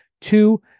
two